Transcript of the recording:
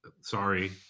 Sorry